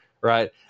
right